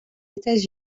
états